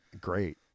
Great